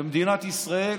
במדינת ישראל